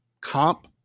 comp –